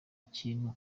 kintu